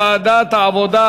לדיון מוקדם בוועדת העבודה,